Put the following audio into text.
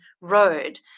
road